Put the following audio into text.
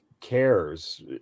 cares